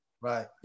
Right